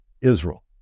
Israel